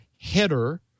header